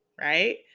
right